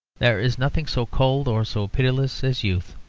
there is nothing so cold or so pitiless as youth,